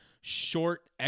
short